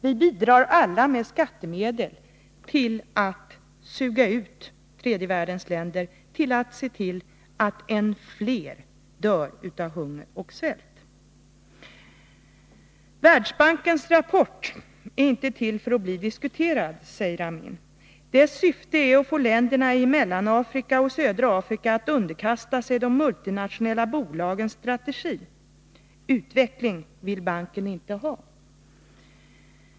Vi bidrar alla med skattemedel till att suga ut tredje världens länder, till att se till att en del dör av hunger och svält. Världsbankens rapport är inte till för att bli diskuterad, säger Amin. Dess syfte är att få länderna i Mellanafrika och södra Afrika att underkasta sig de multinationella bolagens strategi. Utveckling vill banken inte ha.